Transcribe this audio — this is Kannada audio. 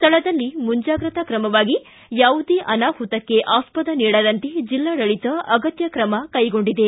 ಸ್ಥಳದಲ್ಲಿ ಮುಂಜಾಗೃತ ಕ್ರಮವಾಗಿ ಯಾವುದೇ ಅನಾಹುತಕ್ಕೆ ಆಸ್ವದ ನೀಡದಂತೆ ಜಿಲ್ಲಾಡಳಿತ ಅಗತ್ಯ ಕ್ರಮ ಕೈಗೊಂಡಿದೆ